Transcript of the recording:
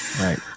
Right